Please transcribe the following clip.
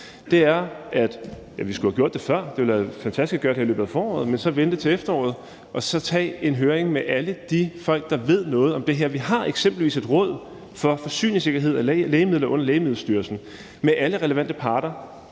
til – og vi skulle have gjort det før; det havde været fantastisk at gøre det her i løbet af foråret – er at vente til efteråret og tage en høring med alle de folk, der ved noget om det her; alle relevante parter. Vi har eksempelvis et Råd for Forsyningssikkerhed og Lægemidler under Lægemiddelstyrelsen. Hvor mange gange